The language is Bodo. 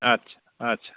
आदचा आदचा